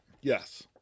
Yes